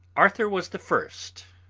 arthur was the first,